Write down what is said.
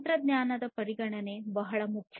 ತಂತ್ರಜ್ಞಾನದ ಪರಿಗಣನೆಗಳು ಬಹಳ ಮುಖ್ಯ